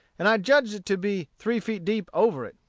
and i judged it to be three feet deep over it.